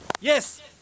Yes